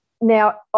Now